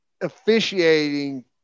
officiating